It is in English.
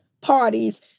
parties